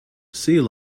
sea